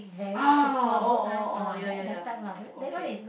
ah oh oh oh oh ya ya ya okay